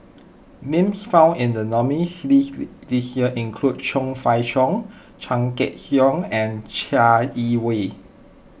names found in the nominees' list this year include Chong Fah Cheong Chan Sek Keong and Chai Yee Wei